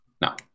No